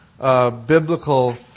biblical